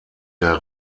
der